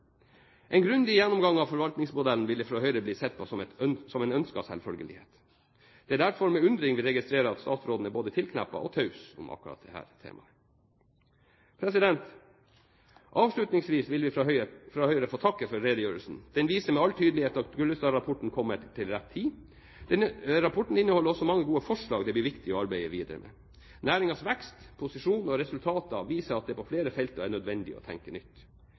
En grundig gjennomgang av forvaltningsmodellen ville fra Høyres side blitt sett på som en ønsket selvfølgelighet. Det er derfor med undring vi registrerer at statsråden er både tilknappet og taus om akkurat dette temaet. Avslutningsvis vil vi fra Høyres side få takke for redegjørelsen. Den viser med all tydelighet at Gullestad-rapporten kommer til rett tid. Rapporten inneholder også mange gode forslag det blir viktig å arbeide videre med. Næringens vekst, posisjon og resultater viser at det på flere felter er nødvendig å tenke nytt.